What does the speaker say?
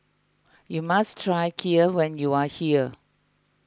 you must try Kheer when you are here